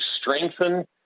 strengthen